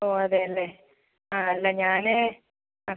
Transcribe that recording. ഓ അതെ അല്ലേ ആ അല്ല ഞാന് ആ